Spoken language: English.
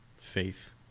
faith